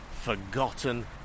forgotten